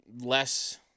less